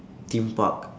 theme park